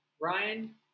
Ryan